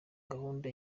gahunda